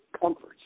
comforts